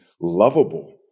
lovable